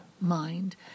mind